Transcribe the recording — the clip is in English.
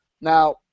Now